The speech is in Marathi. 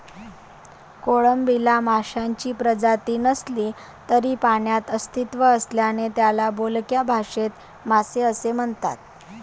कोळंबीला माशांची प्रजाती नसली तरी पाण्यात अस्तित्व असल्याने त्याला बोलक्या भाषेत मासे असे म्हणतात